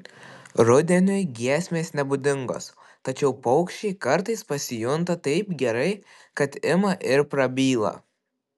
rudeniui giesmės nebūdingos tačiau paukščiai kartais pasijunta taip gerai kad ima ir prabyla